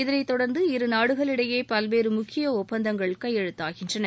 இதளை தொடர்ந்து இரு நாடுகளிடையே பல்வேறு முக்கிய ஒப்பந்தங்கள் கையெழுத்தாகின்றன